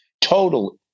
total